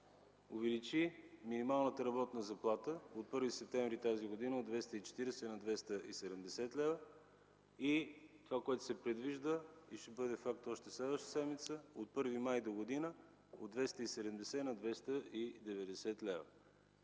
увеличи минималната работна заплата – от 1 септември тази година, от 240 на 270 лева. Това, което се предвижда и ще бъде факт още следващата седмица е, от 1 май догодина от 270 да стане 290 лева.